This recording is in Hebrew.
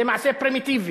זה מעשה פרימיטיבי,